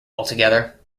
altogether